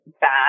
bad